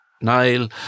Nile